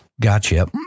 Gotcha